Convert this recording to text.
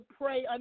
pray